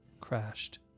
crashed